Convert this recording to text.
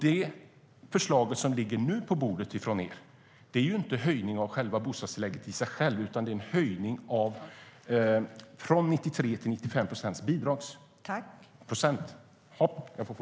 Det förslag från er som nu ligger på bordet är inte en höjning av själva bostadstillägget, utan det är en höjning av bidragsdelen från 93 till 95 procent.